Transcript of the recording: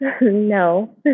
No